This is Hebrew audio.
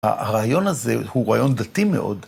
הרעיון הזה הוא רעיון דתי מאוד.